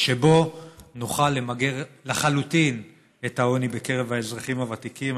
שבו נוכל למגר לחלוטין את העוני בקרב האזרחים הוותיקים.